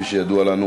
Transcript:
כפי שידוע לנו,